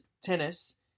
tennis